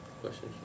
questions